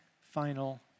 final